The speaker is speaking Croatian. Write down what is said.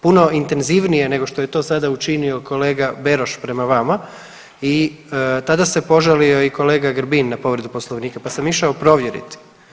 Puno intenzivnije nego što je to sada učinio kolega Beroš prema vama i tada se požalio i kolega Grbin na povredu Poslovnika, pa sam išao provjeriti.